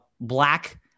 black